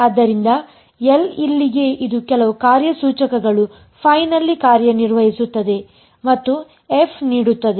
ಆದ್ದರಿಂದ L ಇಲ್ಲಿಗೆ ಇದು ಕೆಲವು ಕಾರ್ಯಸೂಚಕಗಳು ನಲ್ಲಿ ಕಾರ್ಯನಿರ್ವಹಿಸುತ್ತದೆ ಮತ್ತು f ನೀಡುತ್ತದೆ